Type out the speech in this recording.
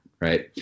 right